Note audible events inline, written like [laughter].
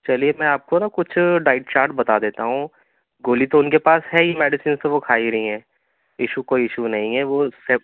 چلیے میں آپ کو نا کچھ ڈائٹ چارٹ بتا دیتا ہوں گولی تو اُن كے پاس ہیں ہی میڈیسنس تو وہ کھا ہی رہی ہیں ایشو کوئی ایشو نہیں ہے وہ [unintelligible]